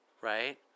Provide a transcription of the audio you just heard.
right